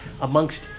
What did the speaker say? amongst